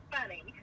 funny